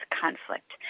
conflict